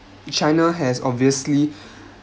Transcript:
china has obviously